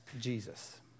Jesus